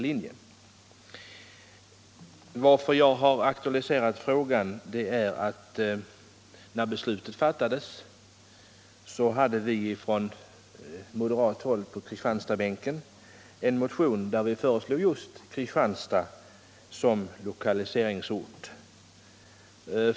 Anledningen till att jag har aktualiserat frågan är att det när beslutet om den yrkestekniska högskolan fattades förelåg en motion från moderaterna på Kristianstadsbänken, där vi föreslog Kristianstad som lokaliseringsort.